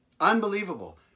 Unbelievable